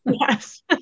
Yes